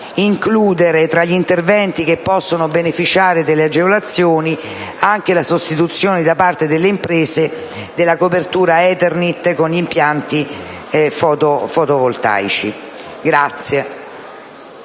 includere tra gli interventi che possono beneficiare delle agevolazioni anche la sostituzione da parte delle imprese della copertura in Eternit con impianti fotovoltaici*.(Brusìo)*.